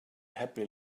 happy